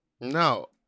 No